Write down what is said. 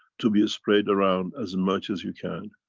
to be sprayed around as much as you can.